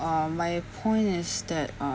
uh my point is that uh